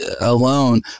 alone